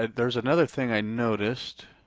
ah there's another thing i noticed.